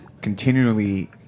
continually